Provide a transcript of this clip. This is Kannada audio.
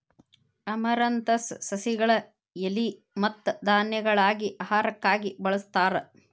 ಅಮರಂತಸ್ ಸಸಿಗಳ ಎಲಿ ಮತ್ತ ಧಾನ್ಯಗಳಾಗಿ ಆಹಾರಕ್ಕಾಗಿ ಬಳಸ್ತಾರ